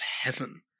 heaven